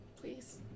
Please